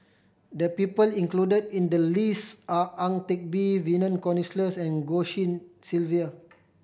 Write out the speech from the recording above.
the people include in the list are Ang Teck Bee Vernon Cornelius and Goh Tshin Sylvia